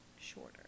shorter